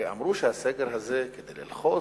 הרי אמרו שהסגר הזה כדי ללחוץ,